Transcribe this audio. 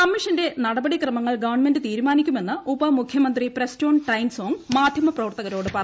കമ്മീഷന്റെ നടപടി ക്രമങ്ങൾ ഗവൺമെന്റ് തീരുമാനിക്കുമെന്ന് ഉപമുഖ്യമന്ത്രി പ്രസ്റ്റോൺ ടൈൻസോങ് മാർദ്യൂമപ്രവർത്തകരോട് പറഞ്ഞു